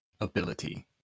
ability